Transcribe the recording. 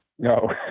No